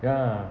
ya